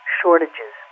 shortages